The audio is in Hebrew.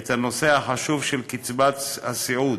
את הנושא החשוב של קצבת הסיעוד,